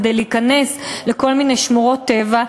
כדי להיכנס לכל מיני שמורות טבע,